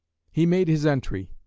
he made his entry.